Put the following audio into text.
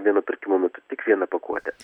vieno pirkimo metu tik vieną pakuotę